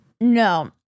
No